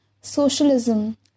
socialism